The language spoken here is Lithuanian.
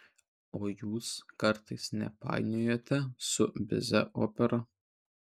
o jūs kartais nepainiojate su bizė opera